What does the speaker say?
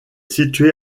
située